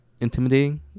intimidating